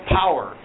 power